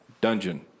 dungeon